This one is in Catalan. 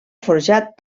forjat